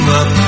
up